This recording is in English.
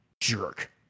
jerk